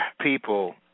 people